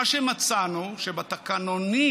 מה שמצאנו הוא שבתקנונים